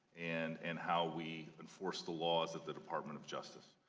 and and how we enforce the laws of the department of justice.